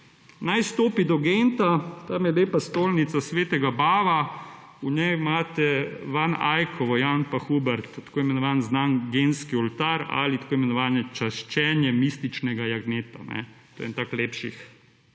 naj stopi do genta, tam je lepa stolnica svetega Bava, v njej imate vanajkovo Jan pa Huber, tako imenovani znan genski oltar ali tako imenovani čaščenje mističnega jagnjeta. To je en tak lepših